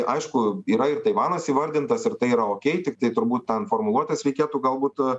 aišku yra ir taivanas įvardintas ir tai yra okei tiktai turbūt ten formuluotes reikėtų galbūt